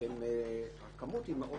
הוא מאוד דומה.